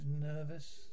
nervous